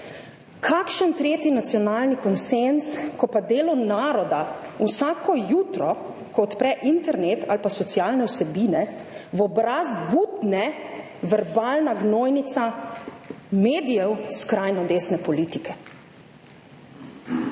Kakšen tretji nacionalni konsenz, ko pa delu naroda vsako jutro, ko odpre internet ali pa socialne vsebine, v obraz butne verbalna gnojnica medijev skrajno desne politike?